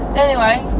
anyway,